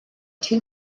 two